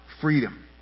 freedom